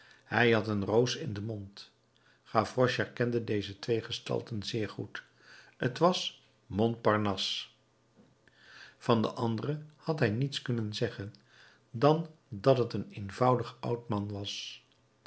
hij had een roos in den mond gavroche kende deze tweede gestalte zeer goed t was montparnasse van de andere had hij niets kunnen zeggen dan dat t een eenvoudig oud man was